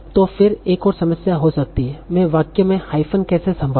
तो फिर एक ओर समस्या हो सकती है मैं वाक्य में हाइफ़न कैसे संभालूँ